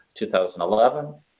2011